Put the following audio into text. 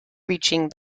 reaching